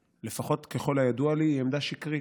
שלפחות ככל הידוע לי היא עמדה שקרית.